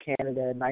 Canada